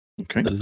Okay